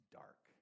dark